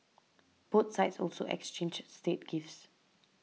both sides also exchanged state gifts